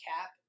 Cap